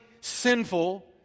sinful